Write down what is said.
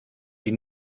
die